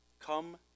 come